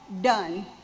done